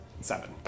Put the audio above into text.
Seven